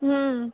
হুম